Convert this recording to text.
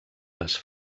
les